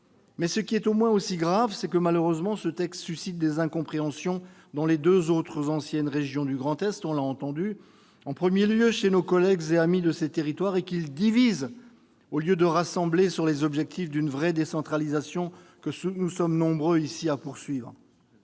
Ce qui est au moins aussi grave, c'est que malheureusement ce texte suscite des incompréhensions dans les deux autres anciennes régions du Grand Est, en premier lieu chez nos collègues et amis de ces territoires, et qu'il divise, au lieu de rassembler sur les objectifs d'une vraie décentralisation que nous sommes nombreux dans cet